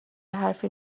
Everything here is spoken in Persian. حرفی